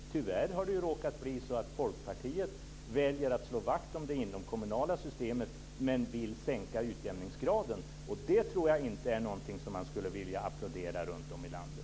Tyvärr har det råkat bli så att Folkpartiet väljer att slå vakt om det inomkommunala systemet men vill sänka utjämningsgraden, och det tror jag inte är någonting som man skulle vilja applådera runtom i landet.